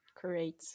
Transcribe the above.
great